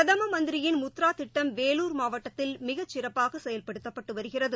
பிரதமமந்திரியின் முத்ராதிட்டம் வேலூர் மாவட்டத்தில் மிகச்சிறப்பாகசெயல்படுத்தப்பட்டுவருகிறது